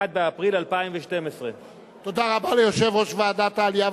1 באפריל 2012. תודה רבה ליושב-ראש ועדת העלייה,